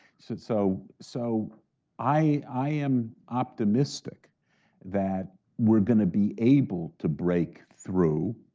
so so i am optimistic that we're going to be able to break through.